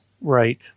Right